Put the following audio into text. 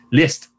list